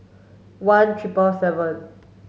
one triple seven